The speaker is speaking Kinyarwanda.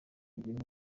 ibintu